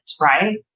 right